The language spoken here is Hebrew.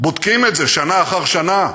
בודקים את זה שנה אחר שנה,